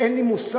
אין לי מושג,